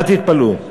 אל תתפלאו.